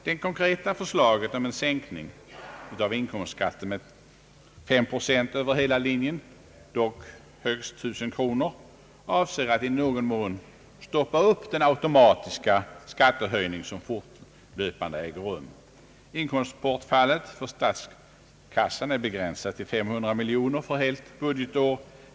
Det konkreta förslaget om en sänkning av inkomstskatten med 3 procent över hela linjen, dock högst 1 000 kronor, avser att i någon mån stoppa den automatiska skattehöjning som till följd av penningförsämringen fortlöpande äger rum. Inkomstbortfallet för statskassan är begränsat till 500 miljoner kronor för helt budgetår.